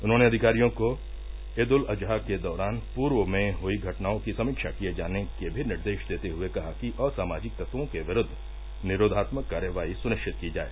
उन्होंने अधिकारियों को ईद उल अजहा के दौरान पूर्व में हुयी घटनाओं की समीक्षा किये जाने के भी निर्देश देते हुये कहा कि असामाजिक तत्वों के विरूद्व निरोधात्मक कार्रवायी सुनिश्चित की जाए